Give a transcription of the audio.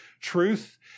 truth